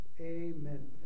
Amen